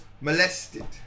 molested